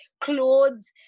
clothes